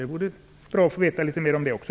Det vore bra att få veta litet mera om det också.